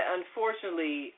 unfortunately